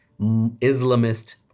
Islamist